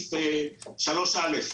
בסעיף 3(א).